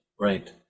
right